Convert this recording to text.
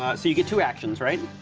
ah so you get two actions, right?